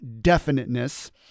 definiteness